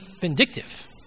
vindictive